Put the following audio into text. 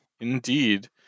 indeed